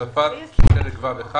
הוספת פרק ו'1.